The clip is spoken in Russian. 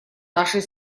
нашей